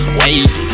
wait